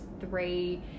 three